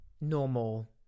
normal